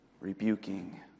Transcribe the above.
rebuking